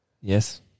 Yes